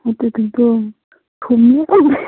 ꯑꯗꯨꯒꯀꯣ ꯊꯨꯝ ꯌꯥꯎꯌꯦ